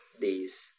days